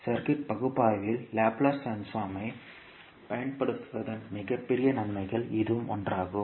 சுற்று பகுப்பாய்வில் லாப்லேஸ் டொமைனைப் பயன்படுத்துவதன் மிகப்பெரிய நன்மைகளில் இதுவும் ஒன்றாகும்